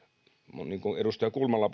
niin kuin edustaja kulmala